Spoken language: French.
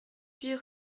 huit